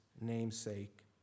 namesake